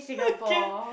okay